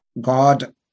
God